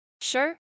Sure